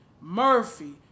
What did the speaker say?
Murphy